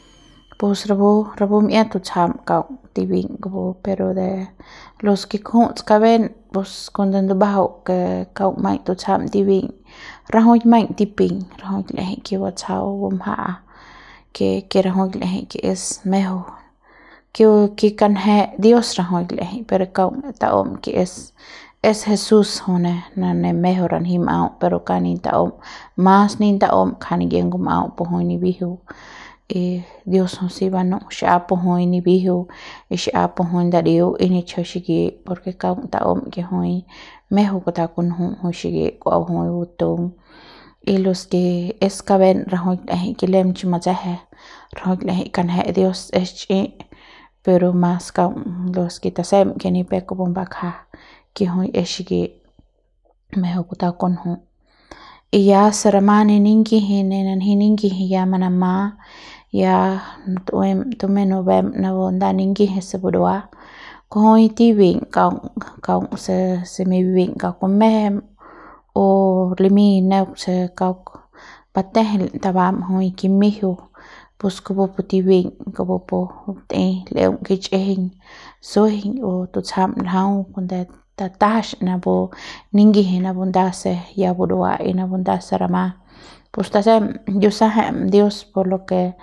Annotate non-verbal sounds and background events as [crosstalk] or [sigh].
[noise] pus rapu rapu mi'ian tutsjam kaung tibiñ kupu pero de los ke kju'uts kaben pus cuando ndumbajau ke kaung maiñ tutsjam tibiñ rajuik maiñ tipiñ rajuik l'ejei ke batsjau o bumja'a ke ke rajuik l'eje ke es mejeu ke ke kanje dios rajuik l'ejei pero kaung ta'um ke es es jesús jui ne ne mejeu ranji m'au pero kaung ni ta'um mas ni ta'um nja ni ye ngum'au ke jui nibijiu y dios jui si banu'u xa'ap pu jui nibijiu y xap pu jui ndadiu y nitchjau xiki por ke kaung ta'um ke jui mejeu kutau kunju jui xiki kua jui batung y los ke es kaben rajuik ke lem chu matse'je rajuik l'ejei kanje dios es chi'i pero mas kaung los tasem ke ni pep kupu bakja ke jui es xiki [noise] mejeu kutau kunju y ya se rama ne ningiji de nanju ningiji ya manama ya tu'uem tumem nubem napu nda ningiji se burua kujui tibiñ kaung kaung se ma'ibiñ kauk kumejeu o limiñ neuk se kauk batejel tabam jui kimiejeu pus kupu pu tibiñ kupu pu batei l'eung kichjiñ suejeiñ o tutsjam ljau kuande tatajax napu ningiji napu se ya burua napu nda se rama pus tasem yu sa'ejem dios por lo ke.